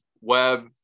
web